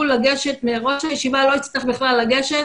ראש הישיבה לא יצטרך בכלל לגשת